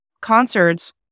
concerts